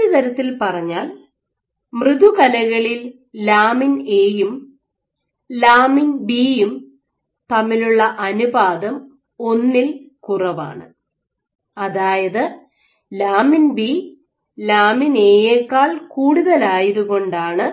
മറ്റൊരു തരത്തിൽ പറഞ്ഞാൽ മൃദുകലകളിൽ ലാമിൻ എയും ലാമിൻ ബിയും തമ്മിലുള്ള അനുപാതം ഒന്നിൽ കുറവാണ് അതായത് ലാമിൻ ബി ലാമിൻ എ യെക്കാൾ കൂടുതൽ ആയതുകൊണ്ടാണ്